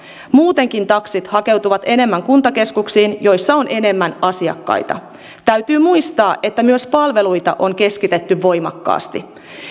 muutenkin taksit hakeutuvat enemmän kuntakeskuksiin joissa on enemmän asiakkaita täytyy muistaa että myös palveluita on keskitetty voimakkaasti